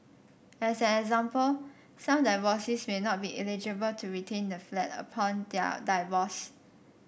as an example some divorcees may not be eligible to retain the flat upon their divorce